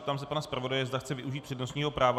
Zeptám se pana zpravodaje, zda chce využít přednostního práva.